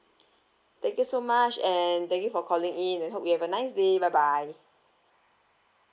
thank you so much and thank you for calling in and hope you have a nice day bye bye